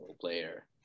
player